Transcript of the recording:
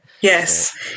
yes